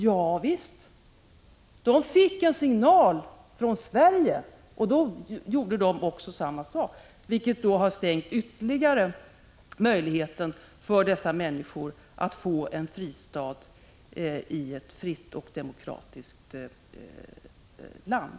Ja visst, de fick en signal från Sverige, och då gjorde de på samma sätt som vårt land, vilket ytterligare har minskat möjligheten för de människor det gäller att få en fristad i ett fritt och demokratiskt land.